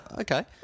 Okay